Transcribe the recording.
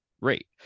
rate